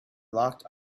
locked